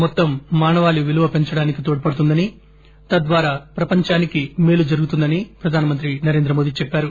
మొత్తం మానవాళి విలువ పెంచడానికి తోడ్పడుతుందని తద్వారా ప్రపంచానికి మేలు జరుగుతుందని ప్రధానమంత్రి నరేంద్రమోదీ చెప్పారు